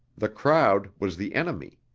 the crowd was the enemy.